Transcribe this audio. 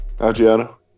Adriano